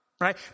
right